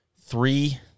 three